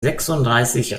sechsunddreißig